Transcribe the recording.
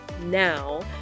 now